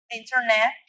internet